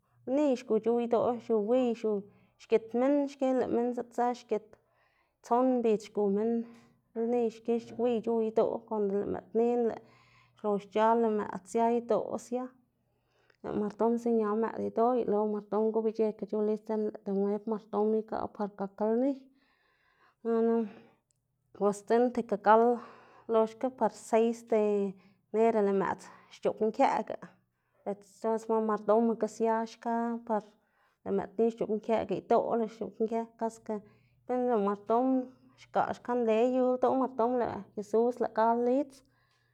Lni xgu c̲h̲ow idoꞌ xiu wiy xgit minn xki lëꞌ minn ziꞌdzë xgit, tson mbidz xgu minn lni xki wiy c̲h̲ow idoꞌ, konde lëꞌ mëꞌdnin lëꞌ xlox c̲h̲al lëꞌ mëꞌd sia idoꞌ sia, lëꞌ mardom ziña mëꞌd idoꞌ uyeloga lëꞌ mardom gobic̲h̲ekga c̲h̲ow lidz lëꞌ denueb mardom igaꞌ par gak lni, nana bos dzekna tika gal loxga par seis de enero lëꞌ mëꞌd xc̲h̲oꞌbnkëꞌga, de todos modos mardomaga sia xka par lëꞌ mëꞌdnin xc̲h̲oꞌbnkëꞌga idoꞌ lëꞌ xc̲h̲oꞌbnkëꞌ kaske, dzekna lëꞌ mardom xgaꞌ xka le yu ldoꞌ mardom lëꞌ jesús lëꞌ gal lidz.